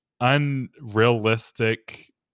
unrealistic